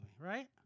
right